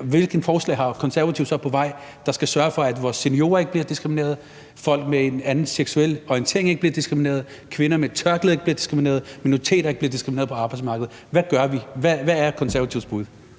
hvilke forslag Konservative så har på vej, der skal sørge for, at vores seniorer ikke bliver diskrimineret, at folk med en anden seksuel orientering ikke bliver diskrimineret, at kvinder med tørklæde ikke bliver diskrimineret, og at minoriteter ikke bliver diskrimineret på arbejdsmarkedet? Hvad gør vi? Hvad er Konservatives bud?